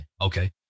Okay